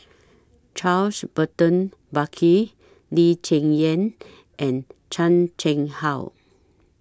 Charles Burton Buckley Lee Cheng Yan and Chan Chang How